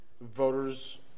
voters